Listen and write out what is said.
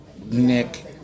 Nick